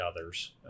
others